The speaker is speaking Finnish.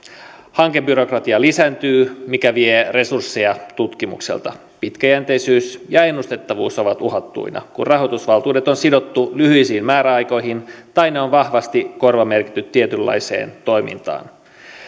hankebyrokratia lisääntyy mikä vie resursseja tutkimukselta pitkäjänteisyys ja ennustettavuus ovat uhattuina kun rahoitusvaltuudet on sidottu lyhyisiin määräaikoihin tai ne on vahvasti korvamerkitty tietynlaiseen toimintaan